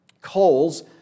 coals